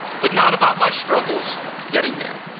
but not about my struggles getting there.